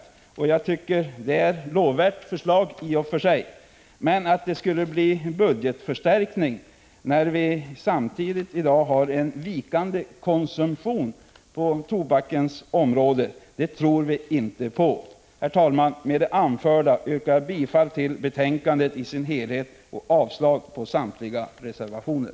Jag tycker att det är ett i och för sig lovvärt förslag. Vi tror emellertid inte på att det skulle bli en budgetförstärkning, eftersom man i dag samtidigt har en vikande tobakskonsumtion. Herr talman! Med det anförda yrkar jag bifall till utskottets hemställan i dess helhet och avslag på samtliga reservationer.